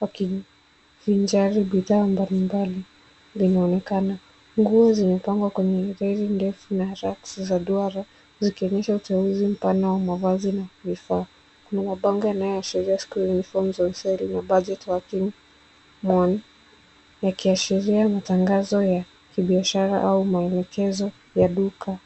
wakivinjari bidhaa mbalimbali linaonekana. Nguo zimepangwa kwenye reli ndefu na racks za duara zikionyesha uteuzi mpana wa mavazi na vifaa. Kuna mabango yanayoashiria school uniforms za UCEL University , Hakim Mall ,yakiashiria matangazo ya kibiashara au maelekezo ya duka.